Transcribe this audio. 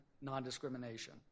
non-discrimination